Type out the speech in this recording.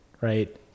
right